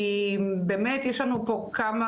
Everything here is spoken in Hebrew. כי באמת יש לנו פה כמה,